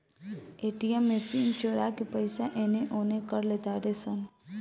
ATM में PIN चोरा के पईसा एने ओने कर लेतारे सन